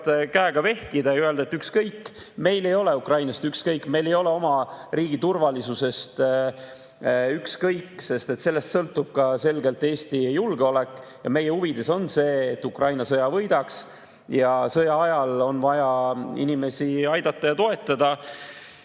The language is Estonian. käega vehkida ja öelda, et ükskõik. Meil ei ole Ukrainast ükskõik, meil ei ole oma riigi turvalisusest ükskõik, sest sellest sõltub ka selgelt Eesti julgeolek. Meie huvides on see, et Ukraina sõja võidaks, ja sõja ajal on vaja inimesi aidata ja toetada.